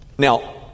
Now